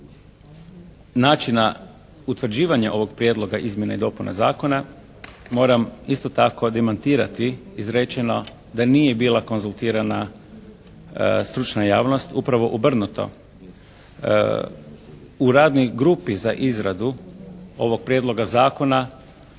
načina utvrđivanja ovog prijedloga izmjena i dopuna zakona moram isto tako demantirati izrečeno da nije bila konzultirana stručna javnost. Upravo obrnuto. U radnoj grupi za izradu ovog prijedloga zakona